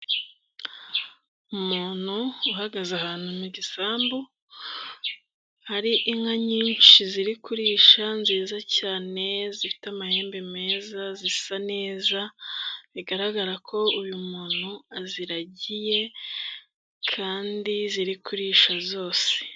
Umuntu uhagaze ahantu mu gisambu hari inka nyinshi ziri kurisha nziza cyane zifite amahembe meza zisa neza bigaragara ko uyu muntu aziragiye kandi ziri kurisha zose.